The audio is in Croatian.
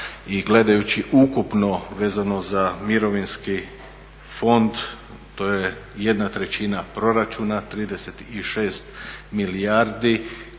gledajući ukupno vezano za mirovinski fond to je jedna trećina proračuna 36 milijardi